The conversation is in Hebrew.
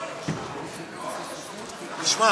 תשמע,